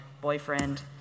boyfriend